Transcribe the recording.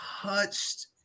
touched